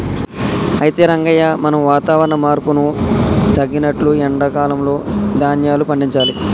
అయితే రంగయ్య మనం వాతావరణ మార్పును తగినట్లు ఎండా కాలంలో ధాన్యాలు పండించాలి